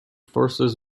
forces